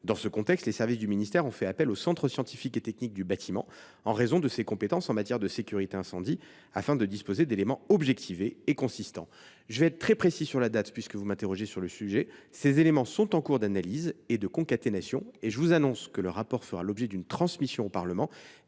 Dans ce contexte, les services du ministère ont fait appel au Centre scientifique et technique du bâtiment, en raison de ses compétences en matière de sécurité incendie, afin de disposer d’éléments objectivés et consistants. Puisque vous m’interrogez à ce sujet, je serai très précis sur la date. Ces éléments sont en cours d’analyse et de concaténation. Je vous annonce que le rapport sera transmis au Parlement